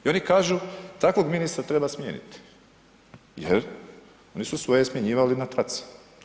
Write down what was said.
I oni kažu, takvog ministra treba smijeniti jer oni su svoje smjenjivali na traci.